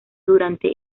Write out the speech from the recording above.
durante